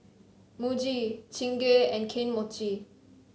Muji Chingay and Kane Mochi